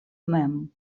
mem